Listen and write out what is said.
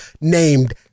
named